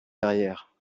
derrière